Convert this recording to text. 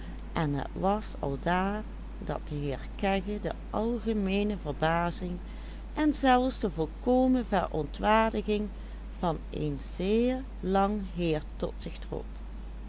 en zelfs de volkomen verontwaardiging van een zeer lang heer tot zich trok